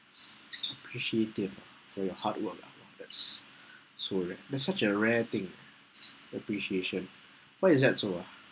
appreciated for your hard work ah that's so rare that's such a rare thing appreciation why is that so ah